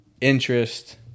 interest